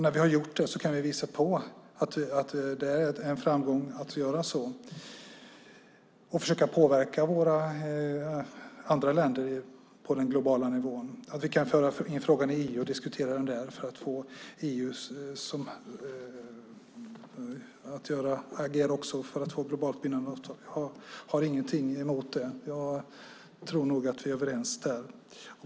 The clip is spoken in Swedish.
När vi har gjort det kan vi visa att det är en framgång att göra det och försöka påverka andra länder på den globala nivån. Vi kan föra in frågan i EU och diskutera den där för att få EU att också agera för att få globalt bindande avtal. Jag har ingenting emot det. Jag tror att vi är överens där.